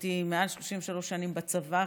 הייתי מעל 33 שנים בצבא.